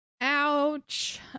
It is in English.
Ouch